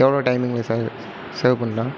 எவ்வளோ டைமிங்கில் sir serve பண்ணலாம்